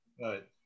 right